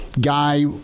guy